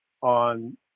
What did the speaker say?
on